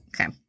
okay